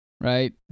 Right